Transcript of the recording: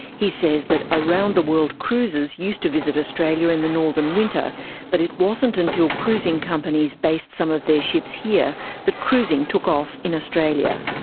he says that around the world cruises used to visit australia in the northern winter but it wasn't until cruising companies based some of their ships here that cruising took off in australia.